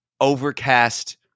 Overcast